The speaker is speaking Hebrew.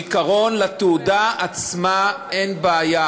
בעיקרון בתעודה עצמה אין בעיה.